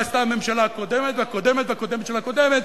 שעשתה הממשלה הקודמת והקודמת והקודמת של הקודמת,